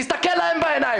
תסתכל להם בעיניים.